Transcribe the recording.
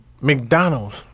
McDonald's